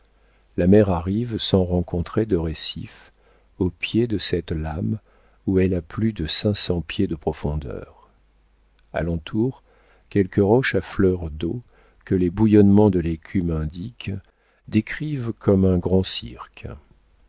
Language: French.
la mer arrive sans rencontrer de rescifs au pied de cette lame où elle a plus de cinq cents pieds de profondeur à l'entour quelques roches à fleur d'eau que les bouillonnements de l'écume indiquent décrivent comme un grand cirque